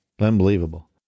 Unbelievable